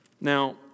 Now